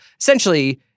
essentially